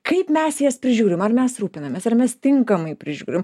kaip mes jas prižiūrim ar mes rūpinamės ar mes tinkamai prižiūrim